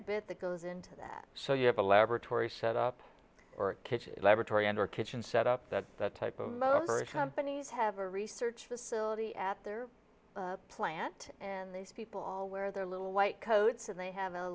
a bit that goes into that so you have a laboratory set up or a kitchen laboratory and our kitchen set up that type of companies have a research facility at their plant and these people all wear their little white coats and they have